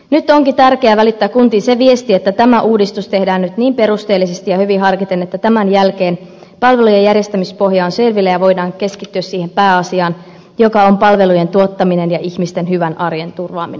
nyt onkin tärkeää välittää kuntiin se viesti että tämä uudistus tehdään nyt niin perusteellisesti ja hyvin harkiten että tämän jälkeen palvelujen järjestämispohja on selvillä ja voidaan keskittyä siihen pääasiaan joka on palvelujen tuottaminen ja ihmisten hyvän arjen turvaaminen